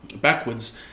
backwards